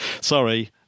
Sorry